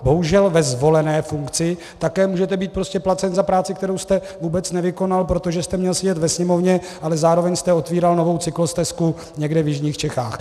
Bohužel ve zvolené funkci také můžete být prostě placen za práci, kterou jste vůbec nevykonal, protože jste měl sedět ve Sněmovně, ale zároveň jste otevíral novou cyklostezku někde v jižních Čechách.